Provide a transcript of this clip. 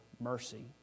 mercy